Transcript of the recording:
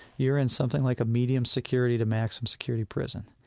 you're in something like a medium-security to maximum-security prison.